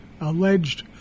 alleged